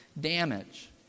damage